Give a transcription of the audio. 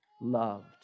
loved